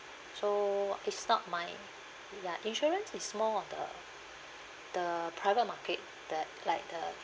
so it's not my ya insurance is more on the the private market that like the